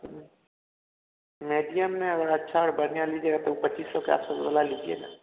medium में अगर अच्छा और बढ़िया लीजिएगा तो ऊ पच्चीस सौ के आसपास वाला लीजिए ना